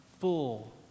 full